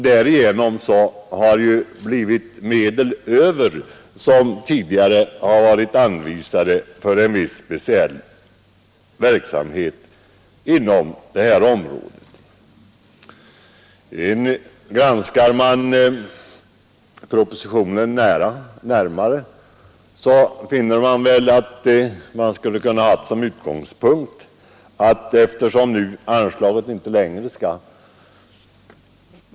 Därigenom har det blivit pengar över av de medel som varit anvisade för detta speciella ändamål. Eftersom detta anslag inte längre skall utgå blir dessa pengar över, och det hade kunnat vara utgångspunkten för propositionen.